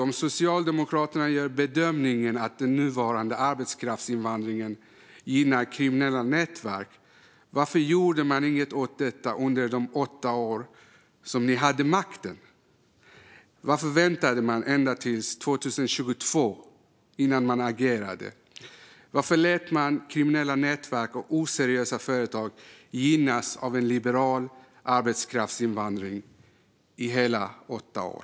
Om Socialdemokraterna gör bedömningen att den nuvarande arbetskraftsinvandringen gynnar kriminella nätverk undrar man ju varför ni inte gjorde något åt detta under de åtta år som ni hade makten. Varför väntade ni ända till 2022 innan ni agerade? Varför lät ni kriminella nätverk och oseriösa företag gynnas av en liberal arbetskraftsinvandring i hela åtta år?